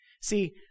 See